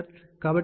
కాబట్టి ఇది 35